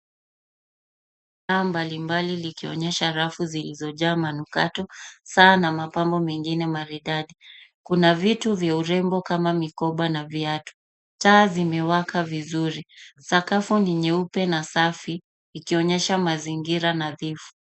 Bidhaa mbalimbali zikionyesha rafu zilizojaa manukato, saa na mapambo mengine maridadi. Kuna vitu vya urembo kama mikoba na viatu. Taa zimewaka vizuri. Sakafu ni nyeupe na safi ikionyesha mazingira nadhifu.